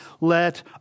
let